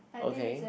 okay